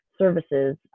services